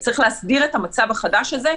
צריך להסדיר את המצב החדש הזה,